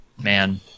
man